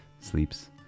sleeps